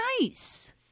nice